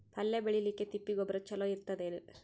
ಪಲ್ಯ ಬೇಳಿಲಿಕ್ಕೆ ತಿಪ್ಪಿ ಗೊಬ್ಬರ ಚಲೋ ಇರತದೇನು?